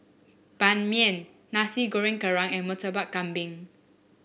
Ban Mian Nasi Goreng Kerang and Murtabak Kambing